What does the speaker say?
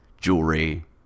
jewelry